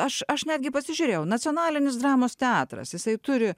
aš aš netgi pasižiūrėjau nacionalinis dramos teatras jisai turi